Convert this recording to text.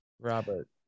Robert